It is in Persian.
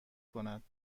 کند